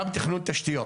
גם תכנון תשתיות.